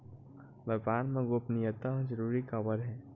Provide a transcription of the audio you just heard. व्यापार मा गोपनीयता जरूरी काबर हे?